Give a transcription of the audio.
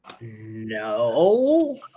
No